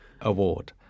award